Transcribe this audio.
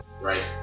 right